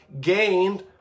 gained